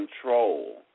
control